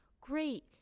great